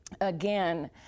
again